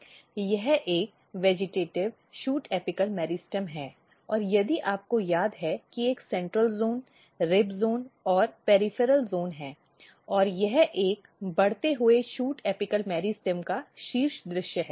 यह एक vegetative shoot apical meristem है और यदि आपको याद है कि एक सेंट्रल ज़ोन रिब ज़ोन और पेरिफेरल ज़ोन है और यह एक बढ़ते हुए शूट एपिकल मेरिस्टम का शीर्ष दृश्य है